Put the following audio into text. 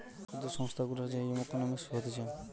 ক্ষুদ্র সংস্থা গুলার যে ইকোনোমিক্স হতিছে